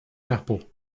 apple